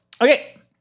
Okay